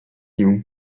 nią